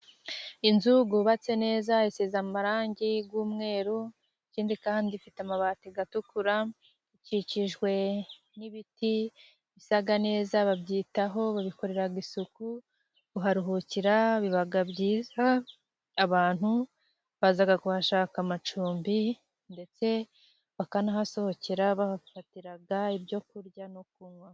Inzu yubatse neza, isize amarangi y'umweru, ikindi kandi ifite amabati atukura, ikikijwe n'ibiti bisa neza babyitaho babikorera isuku, kuharuhukira biba byiza abantu baza kuhashaka amacumbi , ndetse bakanahasohokera bahafatira ibyo kurya no kunywa.